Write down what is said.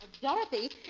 Dorothy